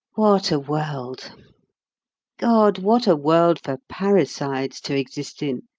what a world god, what a world for parricides to exist in,